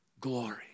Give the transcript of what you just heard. Glory